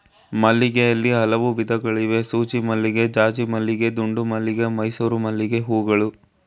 ಮಲ್ಲಿಗೆಯಲ್ಲಿ ಹಲವು ವಿಧಗಳಿವೆ ಸೂಜಿಮಲ್ಲಿಗೆ ಜಾಜಿಮಲ್ಲಿಗೆ ದುಂಡುಮಲ್ಲಿಗೆ ಮೈಸೂರು ಮಲ್ಲಿಗೆಹೂಗಳು